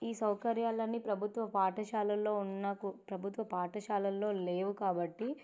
ఈ సౌకర్యాలు అన్ని ప్రభుత్వ పాఠశాలల్లో ఉన్న ప్రభుత్వ పాఠశాలల్లో లేవు కాబట్టి